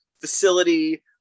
facility